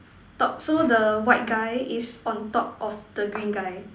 top so the white guy is on top of the green guy